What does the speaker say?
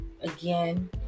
again